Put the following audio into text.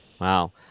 Wow